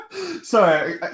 Sorry